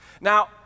Now